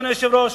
אדוני היושב-ראש,